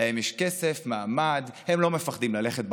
להם יש כסף, מעמד, הם לא מפחדים ללכת ברחוב,